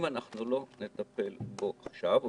אם אנחנו לא נטפל בו עכשיו, אם